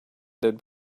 did